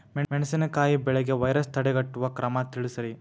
ಮೆಣಸಿನಕಾಯಿ ಬೆಳೆಗೆ ವೈರಸ್ ತಡೆಗಟ್ಟುವ ಕ್ರಮ ತಿಳಸ್ರಿ